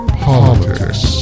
politics